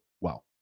wow